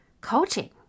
coaching